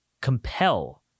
compel